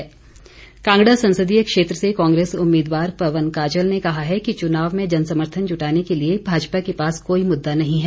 पवन काजल कांगड़ा संसदीय क्षेत्र से कांग्रेस उम्मीदवार पवन काजल ने कहा है कि चुनाव में जन सर्मथन जुटाने के लिए भाजपा के पास कोई मुद्दा नहीं है